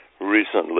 recently